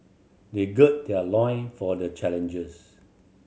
they gird their loin for the challenge